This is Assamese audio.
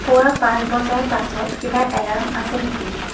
পুৱা পাঁচ বজাৰ পাছত কিবা এলাৰ্ম আছে নিকি